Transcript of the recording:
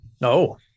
No